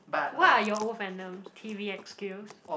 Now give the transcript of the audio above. what are your old fandoms t_v_x_q